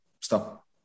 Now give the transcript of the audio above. stop